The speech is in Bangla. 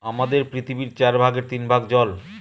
আমাদের পৃথিবীর চার ভাগের তিন ভাগ জল